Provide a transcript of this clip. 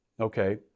okay